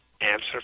answer